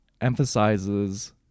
emphasizes